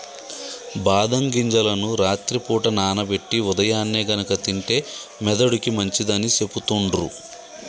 బాదం గింజలను రాత్రి పూట నానబెట్టి ఉదయాన్నే గనుక తింటే మెదడుకి మంచిదని సెపుతుండ్రు